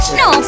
no